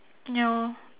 ya